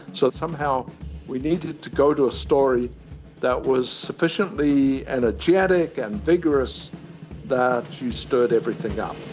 so somehow we needed to go to a story that was sufficiently energetic and vigorous that you stirred everything up.